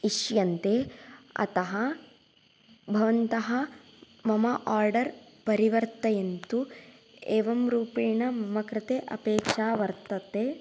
इष्यन्ते अतः भवन्तः मम ओर्डर् परिवर्तयन्तु एवं रूपेण मम कृते अपेक्षा वर्तते